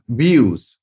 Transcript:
views